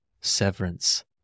Severance